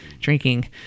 Drinking